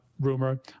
rumor